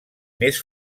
més